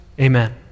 Amen